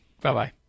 Bye-bye